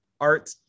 art